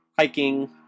hiking